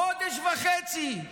חודש וחצי,